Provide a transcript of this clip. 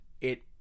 it-